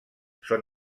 són